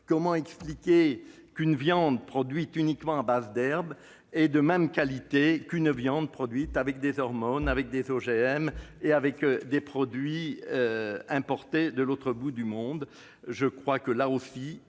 Comment expliquer qu'une viande produite uniquement à base d'herbe est de même qualité qu'une viande produite avec des hormones, des OGM et des produits importés de l'autre bout du monde ?